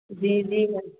जी जी मैम